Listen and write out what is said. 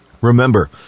Remember